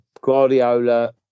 Guardiola